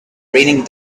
raining